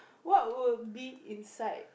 what would be inside